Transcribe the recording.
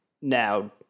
Now